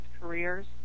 careers